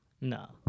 No